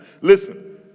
listen